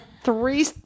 three